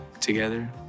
together